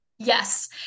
Yes